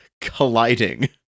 colliding